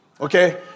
Okay